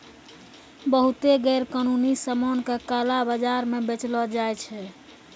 बहुते गैरकानूनी सामान का काला बाजार म बेचलो जाय छै